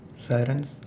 sirens